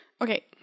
Okay